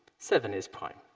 seven is prime.